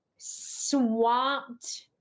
swamped